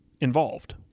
involved